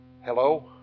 Hello